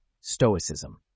Stoicism